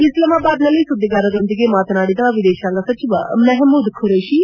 ಇಸ್ಲಾಮಾಬಾದ್ನಲ್ಲಿ ಸುದ್ದಿಗಾರರೊಂದಿಗೆ ಮಾತನಾಡಿದ ವಿದೇಶಾಂಗ ಸಚಿವ ಮೆಹ್ಮೂದ್ ಖುರೇಷಿ